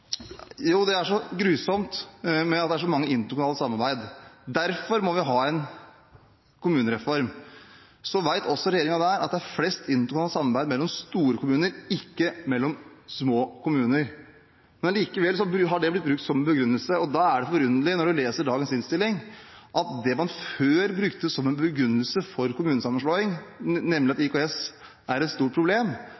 er så grusomt med at det er så mye interkommunalt samarbeid, og derfor må vi ha en kommunereform. Så vet regjeringen, også der, at det er mest interkommunalt samarbeid mellom store kommuner og ikke mellom små kommuner. Men likevel har det blitt brukt som en begrunnelse, og da er det forunderlig når man leser dagens innstilling, at det man før brukte som en begrunnelse for kommunesammenslåing, nemlig at IKS er et stort problem,